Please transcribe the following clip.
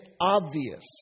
obvious